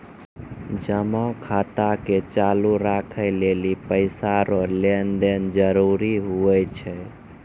जमा खाता के चालू राखै लेली पैसा रो लेन देन जरूरी हुवै छै